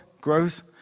grows